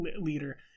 leader